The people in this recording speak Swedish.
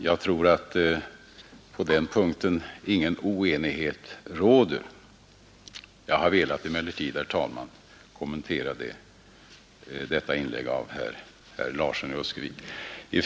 Jag tror att på den punkten råder det ingen oenighet. Jag har emellertid, herr talman, velat kommentera detta herr Larssons i Öskevik inlägg.